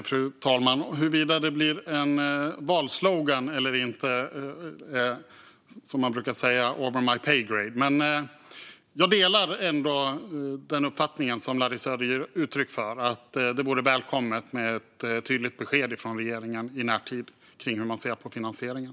Fru talman! Huruvida det blir en valslogan eller inte är, som man brukar säga, above my pay grade. Men jag delar ändå uppfattningen som Larry Söder ger uttryck för att det vore välkommet med ett tydligt besked från regeringen i närtid om hur man ser på finansieringen.